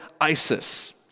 Isis